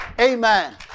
Amen